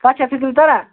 کَتھ چھا فِکری تَران